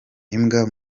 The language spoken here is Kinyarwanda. imbwa